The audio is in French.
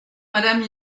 madame